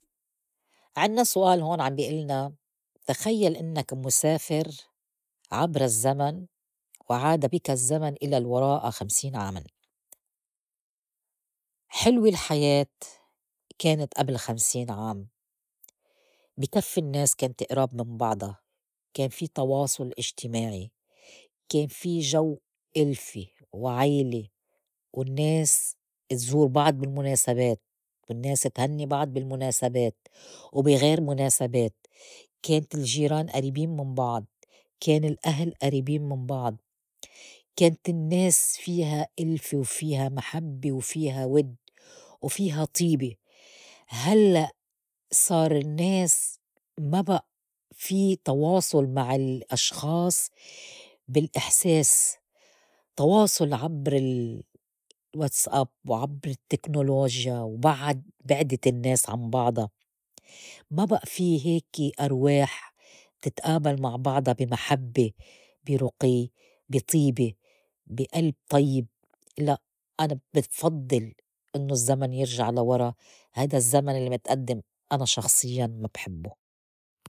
عنّا سؤال هون عم بي إلنا تخيّل إنّك مسافر عبر الزّمن وعاد بك الزّمن إلى الوراء خمسين عام؟ حِلوة الحياة كانت قبل خمسين عام. بي كفّي النّاس كانت أراب من بعضا، كان في تواصل اجتماعي، كان في جو إلفة وعيلة، والنّاس تزور بعض بالمناسبات، والنّاس تهنّي بعض بالمناسبات وبغير مناسبات، كانت الجيران قريبين من بعض، كان الأهل قريبين من بعض، كانت النّاس فيها ألفة وفيها محبّة وفيها ود وفيها طيبة. هلّق صار النّاس ما بئ في تواصل مع الأشخاص بالإحساس، تواصل عبر الواتس أب وعبر التّكنولوجيا وبعّد بعدت الناس عن بعضا، ما بئ في هيكي أرواح تتقابل مع بعضا بي محبّة، بي رُقي، بي طيبة، بي قلب طيّب، لأ أنا ب- بفضل إنّو الزّمن يرجع لورا هيدا الزّمن اللّي متئدّم أنا شخصياً ما بحبه.